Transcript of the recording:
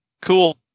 Cool